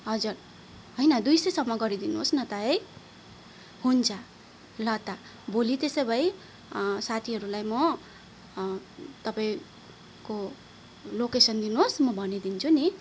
हजुर होइन दुई सयसम्म गरिदिनुहोस् न त है हुन्छ ल त भोलि त्यसो भए साथीहरूलाई म तपाईँको लोकेसन दिनु होस् म भनिदिन्छु नि